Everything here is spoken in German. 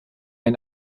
ein